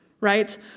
Right